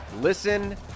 Listen